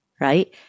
right